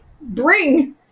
bring